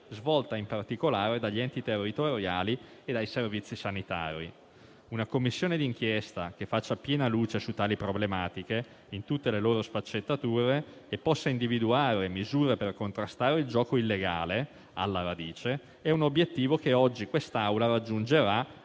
svolta in particolare dagli enti territoriali e dai servizi sanitari. Una Commissione di inchiesta che faccia piena luce su tali problematiche in tutte le loro sfaccettature e possa individuare misure per contrastare il gioco illegale alla radice è un obiettivo che oggi quest'Assemblea raggiungerà